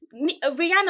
Rihanna